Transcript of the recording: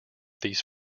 these